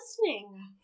listening